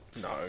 No